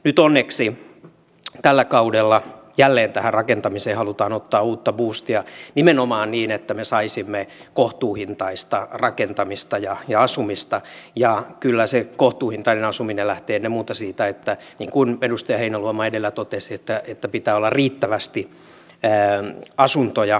nyt onneksi tällä kaudella jälleen tähän rakentamiseen halutaan ottaa uutta buustia nimenomaan että me saisimme kohtuuhintaista rakentamista ja asumista ja kyllä se kohtuuhintainen asuminen lähtee ennen muuta siitä niin kuin edustaja heinäluoma edellä totesi että pitää olla riittävästi asuntoja